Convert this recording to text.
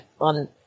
on